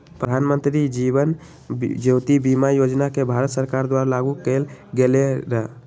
प्रधानमंत्री जीवन ज्योति बीमा योजना के भारत सरकार द्वारा लागू कएल गेलई र